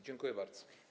Dziękuję bardzo.